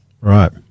Right